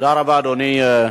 תודה רבה, אדוני.